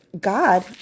God